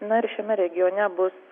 na ir šiame regione bus